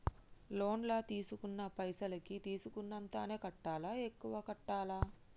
Loan లా తీస్కున్న పైసల్ కి తీస్కున్నంతనే కట్టాలా? ఎక్కువ కట్టాలా?